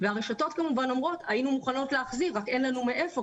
והרשתות כמובן אומרות 'היינו מוכנות להחזיר רק אין לנו מאיפה,